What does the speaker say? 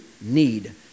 need